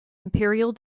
imperial